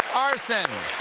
arson!